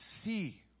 see